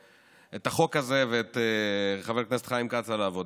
את החוק הזה ואת חבר הכנסת חיים כץ על העבודה.